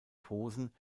posen